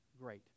great